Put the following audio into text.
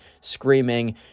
screaming